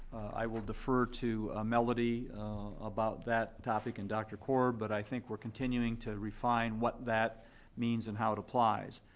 i will defer to ah melody about that topic and dr. korb, but i think we're continuing to refine what that means and how it applies.